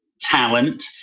talent